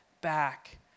back